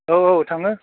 औ औ थाङो